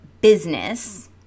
business